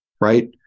right